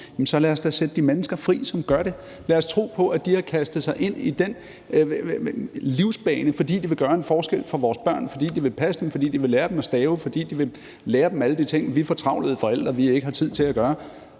så lad os da sætte de mennesker fri, som gør det, og lad os tro på, at de har kastet sig ind på den livsbane, fordi de vil gøre en forskel for vores børn, fordi de vil passe dem, fordi de vil lære dem at stave, fordi de vil lære dem alle de ting, vi fortravlede forældre ikke har tid til at gøre.